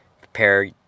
prepare